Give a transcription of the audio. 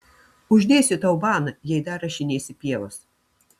uždėsiu tau baną jei dar rašinėsi pievas